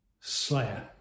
Slayer